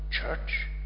church